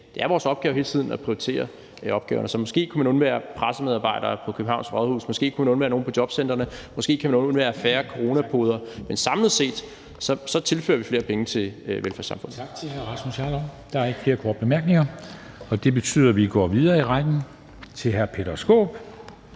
Det er vores opgave hele tiden at prioritere opgaverne, så måske kunne man undvære pressemedarbejdere på Københavns Rådhus, måske kunne man undvære nogle på jobcentrene, eller måske kan der være færre coronapodere. Men samlet set tilfører vi flere penge til velfærdssamfundet.